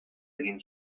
egin